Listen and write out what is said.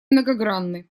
многогранны